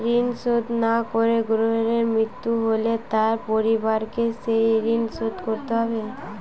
ঋণ শোধ না করে গ্রাহকের মৃত্যু হলে তার পরিবারকে সেই ঋণ শোধ করতে হবে?